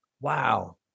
Wow